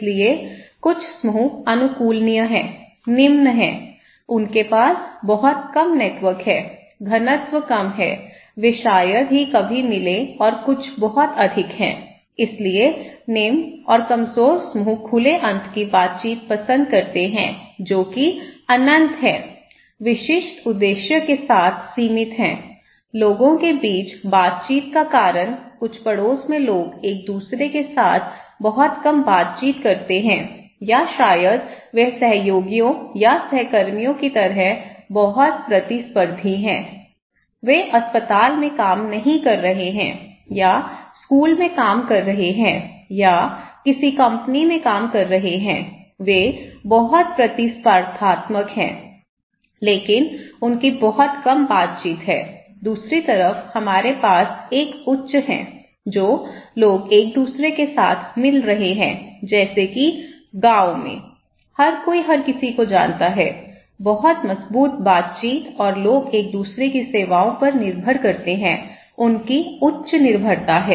इसलिए कुछ समूह अनुकूलनीय हैं निम्न हैं उनके पास बहुत कम नेटवर्क है घनत्व कम है वे शायद ही कभी मिले और कुछ बहुत अधिक हैं इसलिए निम्न और कमजोर समूह खुले अंत की बातचीत पसंद करते हैं जो कि अनंत हैं विशिष्ट उद्देश्य के साथ सीमित हैं लोगों के बीच बातचीत का कारण कुछ पड़ोस में लोग एक दूसरे के साथ बहुत कम बातचीत करते हैं या शायद वे सहयोगियों या सहकर्मियों की तरह बहुत प्रतिस्पर्धी हैं वे अस्पताल में काम नहीं कर रहे हैं या स्कूल में काम कर रहे हैं या किसी कंपनी में काम कर रहे हैं वे बहुत प्रतिस्पर्धात्मक हैं लेकिन उनकी बहुत कम बातचीत है दूसरी तरफ हमारे पास एक उच्च है जो लोग एक दूसरे के साथ मिल रहे हैं जैसे कि गांव में हर कोई हर किसी को जानता है बहुत मजबूत बातचीत और लोग एक दूसरे की सेवाओं पर निर्भर करते हैं उनकी उच्च निर्भरता है